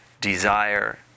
desire